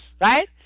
right